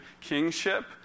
kingship